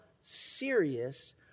serious